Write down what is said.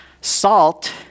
Salt